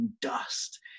dust